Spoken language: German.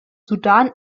sudan